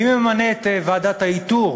מי ממנה את ועדת האיתור